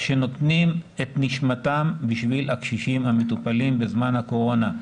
שנותנים את נשמתם בשביל הקשישים המטופלים בזמן הקורונה.